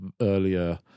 earlier